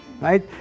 Right